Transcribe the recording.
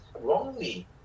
wrongly